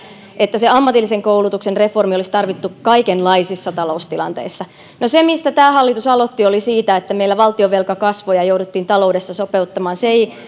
että se ammatillisen koulutuksen reformi olisi tarvittu kaikenlaisissa taloustilanteissa no se mistä tämä hallitus aloitti oli että meillä valtionvelka kasvoi ja jouduttiin taloudessa sopeuttamaan